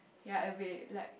ya it's be like